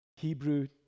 Hebrew